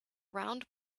round